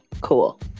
cool